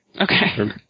Okay